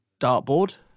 dartboard